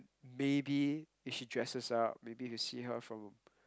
maybe if she dresses up maybe if you see her from